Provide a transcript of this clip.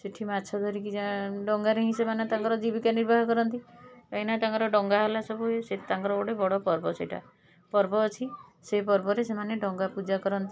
ସେଇଠି ମାଛ ଧରିକି ଡଙ୍ଗାରେ ହିଁ ସେମାନେ ତାଙ୍କର ଜୀବିକା ନିର୍ବାହ କରନ୍ତି କାହିଁକି ତାଙ୍କର ଡଙ୍ଗା ହେଲା ସବୁ ତାଙ୍କର ଗୋଟେ ବଡ଼ପର୍ବ ସେଇଟା ପର୍ବ ଅଛି ସେ ପର୍ବରେ ସେମାନେ ଡଙ୍ଗା ପୂଜା କରନ୍ତି